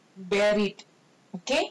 buried okay